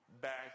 back